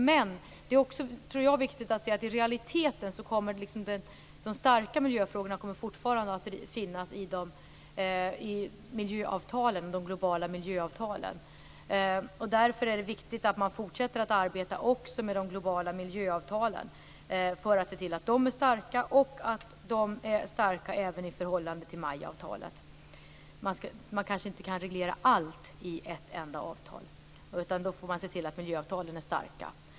Men jag tror också att det är viktigt att se att de starka miljöfrågorna i realiteten fortfarande kommer att finnas i de globala miljöavtalen. Därför är det viktigt att man fortsätter att arbeta också med de globala miljöavtalen för att se till att de är starka, även i förhållande till MAI-avtalet. Man kanske inte kan reglera allt i ett enda avtal, utan då får man se till att miljöavtalen är starka.